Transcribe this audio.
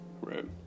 right